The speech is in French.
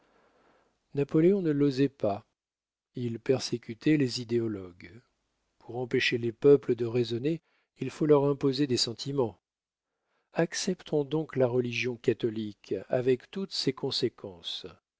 napoléon ne l'osait pas il persécutait les idéologues pour empêcher les peuples de raisonner il faut leur imposer des sentiments acceptons donc la religion catholique avec toutes ses conséquences